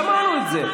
שמענו את זה.